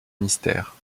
mystère